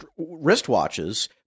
wristwatches